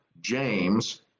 James